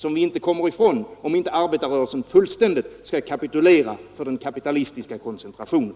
Vi kan inte komma ifrån den, om inte arbetarrörelsen fullständigt skall kapitulera för den kapitalistiska koncentrationen.